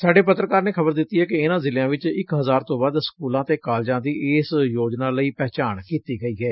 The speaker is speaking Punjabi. ਸਾਡੇ ਪੱਤਰਕਾਰ ਨੇ ਖਬਰ ਦਿੱਤੀ ਏ ਕਿ ਇਨੂਾਂ ਜਿਲ਼ਿਆਂ ਵਿੱਚ ਇੱਕ ਹਜਾਰ ਤੋ ਵੱਧ ਸਕੁਲਾਂ ਅਤੇ ਕਾਲਜਾਂ ਦੀ ਇਸ ਯੋਜਨਾ ਲਈ ਪਹਿਚਾਣ ਕੀਤੀ ਗਈ ਏ